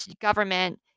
government